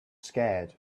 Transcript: scared